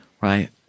right